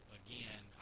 again